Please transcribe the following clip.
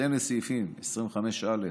בהתאם לסעיפים 25(א)